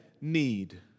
need